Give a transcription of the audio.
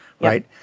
right